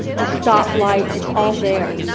the stoplight. it's all there.